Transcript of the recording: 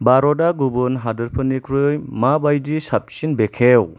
भारता गुबुन हादोरफोरनिख्रुइ माबायदि साबसिन बेखेव